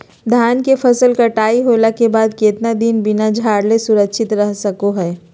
धान के फसल कटाई होला के बाद कितना दिन बिना झाड़ले सुरक्षित रहतई सको हय?